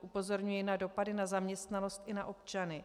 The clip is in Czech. Upozorňuji na dopady na zaměstnanost i na občany.